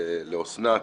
לאוסנת,